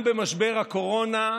גם במשבר הקורונה,